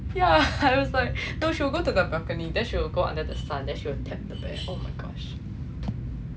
yeah I was like no she will go to the balcony then she will go under the sun then she will tap the bear oh my gosh